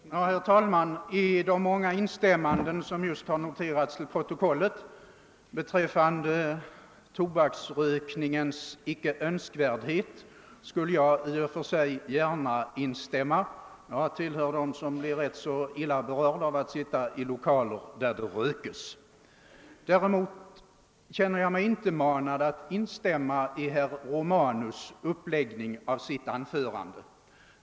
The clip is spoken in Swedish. Herr talman! Jag skulle i och för sig kunna ansluta mig till de många instämmanden, som just har noterats till protokollet beträffande tobaksrökningens förkastlighet. Jag tillhör dem som blir ganska illa berörda av att sitta i lokaler där det rökes. Däremot känner jag mig inte manad att instämma i herr Romanus” uppläggning av sitt anförande.